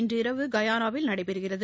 இன்று இரவு கயானாவில் நடைபெறுகிறது